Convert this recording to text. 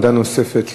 עמדה נוספת,